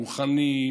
רוחני,